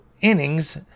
innings